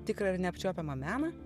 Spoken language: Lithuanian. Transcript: tikrą ir neapčiuopiamą meną